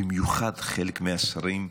ובמיוחד חלק מהשרים,